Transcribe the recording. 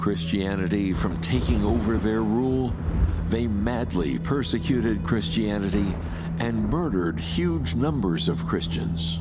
christianity from taking over their rule of a badly persecuted christianity and burgard huge numbers of christians